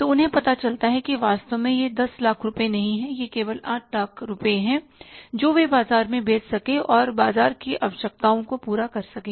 तो उन्हें पता चलता है कि वास्तव में यह दस लाख रुपये नहीं है यह केवल आठ लाख रुपये हैं जो वे बाजार में बेच सके और बाजार की आवश्यकताओं को पूरा कर सके